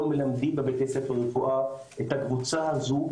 לא מלמדים בבתי הספר לרפואה את הקבוצה הזו,